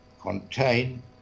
contain